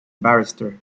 barrister